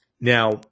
Now